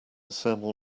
thermal